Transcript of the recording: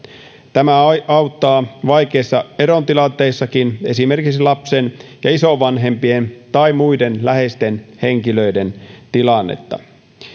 tämä auttaa vaikeissa erotilanteissakin esimerkiksi lapsen ja isovanhempien tai muiden läheisten henkilöiden tilannetta